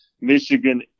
Michigan